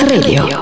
Radio